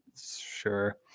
Sure